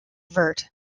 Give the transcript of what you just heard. vert